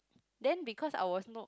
then because I was not